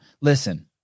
Listen